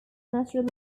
natural